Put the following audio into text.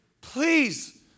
Please